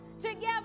together